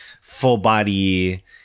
full-body